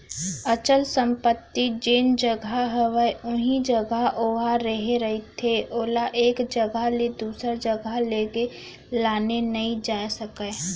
अचल संपत्ति जेन जघा हवय उही जघा ओहा रेहे रहिथे ओला एक जघा ले दूसर जघा लेगे लाने नइ जा सकय